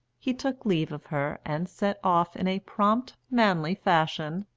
he took leave of her and set off in a prompt, manly fashion,